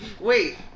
Wait